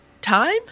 time